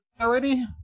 already